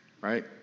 right